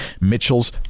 Mitchell's